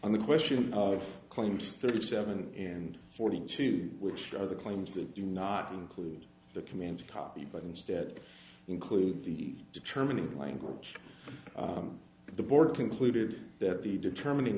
on the question of claims thirty seven and forty two which other claims that do not include the command copy but instead include the determining langridge the board concluded that the determining